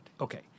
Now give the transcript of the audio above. Okay